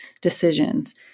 decisions